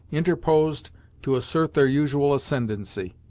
interposed to assert their usual ascendency.